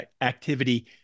activity